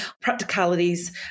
practicalities